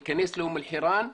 להיכנס לאום אל-חיראן,